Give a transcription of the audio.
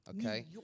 okay